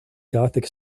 gothic